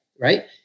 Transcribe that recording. right